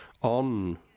on